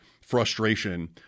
frustration